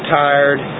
tired